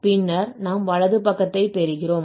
பின்னர் நாம் வலது பக்கத்தைப் பெறுகிறோம்